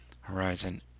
Horizon